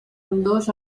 ambdós